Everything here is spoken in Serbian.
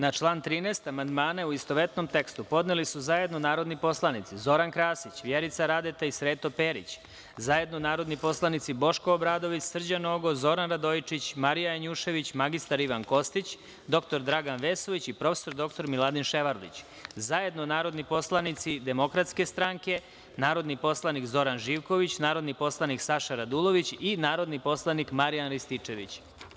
Na član 13. amandmane u istovetnom tekstu podneli su zajedno narodni poslanici Zoran Krasić, Vjerica Radeta i Sreto Perić, zajedno narodni poslanici Boško Obradović, Srđan Nogo, Zoran Radojičić, Marija Janjušević, mr Ivan Kostić, dr Dragan Vesović i prof. dr Miladin Ševarlić, zajedno narodni poslanici DS, narodni poslanik Zoran Živković, narodni poslanik Saša Radulović i narodni poslanik Marijan Rističević.